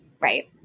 right